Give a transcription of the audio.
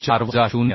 4 वजा 0